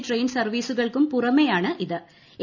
train സർവ്വീസുകൾക്കും പുറമെയാണ് ഇത് എ